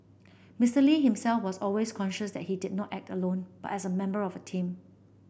Mister Lee himself was always conscious that he did not act alone but as a member of a team